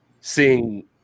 seeing